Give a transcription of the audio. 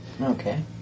Okay